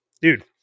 dude